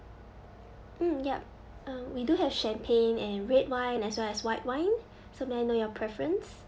mm yup um we do have champagne and red wine as well as white wine so may I know your preference